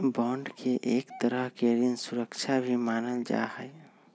bond के एक तरह के ऋण सुरक्षा भी मानल जा हई